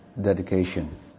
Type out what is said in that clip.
dedication